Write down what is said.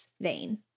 vein